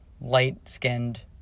light-skinned